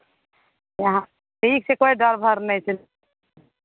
हँ ठीक छै कोइ डर भर नहि छै